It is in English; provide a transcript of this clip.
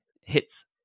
hits